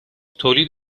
تولید